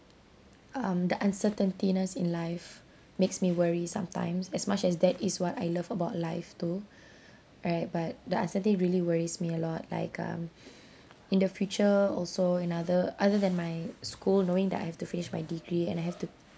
um the uncertainness in life makes me worry sometimes as much as that is what I love about life too right but the uncertainty really worries me a lot like um in the future also another other than my school knowing that I have to finish my degree and I have to